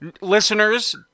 listeners